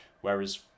whereas